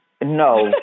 No